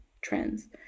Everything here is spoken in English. trends